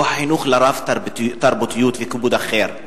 הוא החינוך לרב-תרבותיות וכיבוד האחר.